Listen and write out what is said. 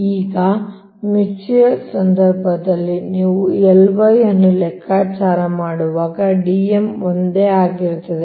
ಈಗ ಮ್ಯೂಚುಯಲ್ ಸಂದರ್ಭದಲ್ಲಿ ನೀವು Ly ಅನ್ನು ಲೆಕ್ಕಾಚಾರ ಮಾಡುವಾಗ Dm ಒಂದೇ ಆಗಿರುತ್ತದೆ